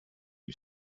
you